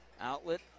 outlet